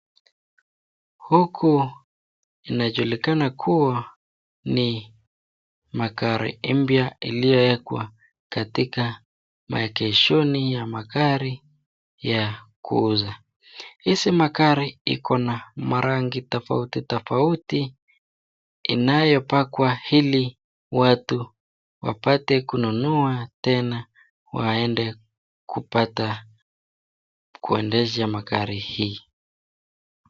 Huku inachulikana kuwa ni magari mya iliyowekwa katika maegeshoni ya magari ya kuuza. Hizi magari iko na marangi tofauti tofauti inayopakwa ili watu wapate kununua tena waende kupata kuendesha magari hii.